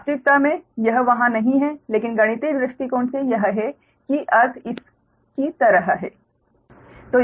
वास्तविकता मे यह वहाँ नहीं है लेकिन गणितीय दृष्टिकोण से यह है कि अर्थ इस की तरह है